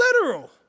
literal